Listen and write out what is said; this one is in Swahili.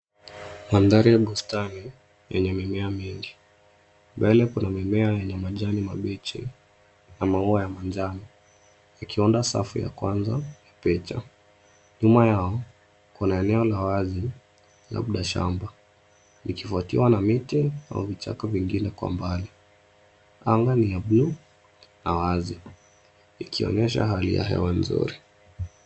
Mandhari ya bustani yenye mimea mingi, mbele kuna mimea yenye majani mabichi na maua ya manjano ikiunda safu ya kwanza ya picha. Nyuma yao kuna eneo la wazi labda shamba ikifuatiwa na miti au vichaka vingine kwa mbali. Anga ni ya bluu na wazi, ikionyesha hali ya hewa nzuri.